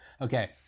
Okay